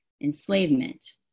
enslavement